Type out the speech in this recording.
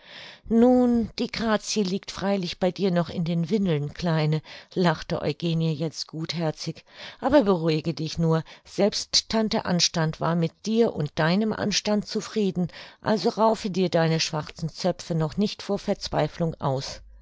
nun die grazie liegt freilich bei dir noch in den windeln kleine lachte eugenie jetzt gutherzig aber beruhige dich nur selbst tante anstand war mit dir und deinem anstand zufrieden also raufe dir deine schwarzen zöpfe noch nicht vor verzweiflung aus